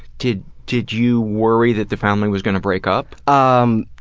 did did you worry that the family was gonna break up? um